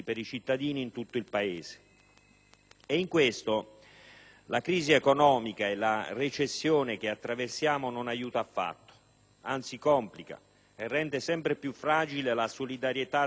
E in questo senso la crisi economica e la recessione che attraversa il Paese non aiuta affatto, anzi complica e rende sempre più fragile la solidarietà tra i territori, tra Nord e Sud,